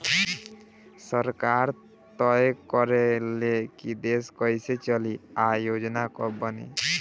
सरकार तय करे ले की देश कइसे चली आ योजना का बनी